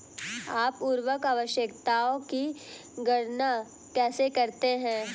आप उर्वरक आवश्यकताओं की गणना कैसे करते हैं?